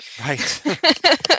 Right